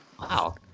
Wow